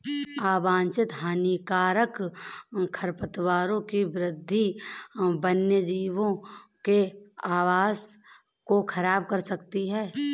अवांछित हानिकारक खरपतवारों की वृद्धि वन्यजीवों के आवास को ख़राब कर सकती है